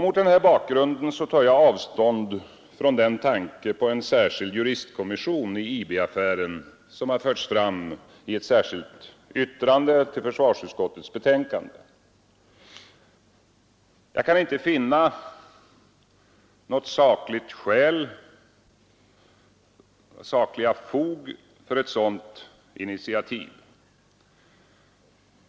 Mot denna bakgrund tar jag avstånd från den tanke på en särskild juristkommission i IB-affären som förts fram i ett särskilt yttrande till försvarsutskottets betänkande. Jag kan inte finna något sakligt fog för ett sådant initiativ.